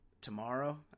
tomorrow